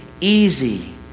easy